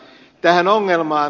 tähän ongelmaan